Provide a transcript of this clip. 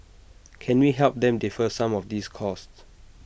can we help them defer some of these costs